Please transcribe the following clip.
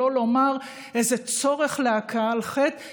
שלא לומר איזה צורך להכאה על חטא,